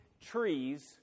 trees